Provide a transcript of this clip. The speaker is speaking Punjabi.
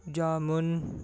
ਜਾਮੁਨ